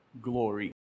glory